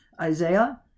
Isaiah